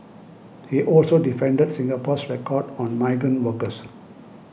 he also defended Singapore's record on migrant workers